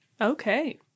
Okay